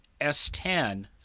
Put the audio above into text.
S10